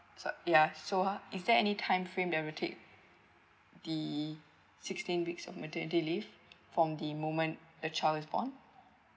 so ya so !huh! is there any time frame that we'll take the sixteen weeks of maternity leave from the moment the child is born